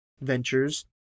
Ventures